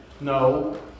no